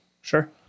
Sure